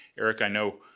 erica, i know,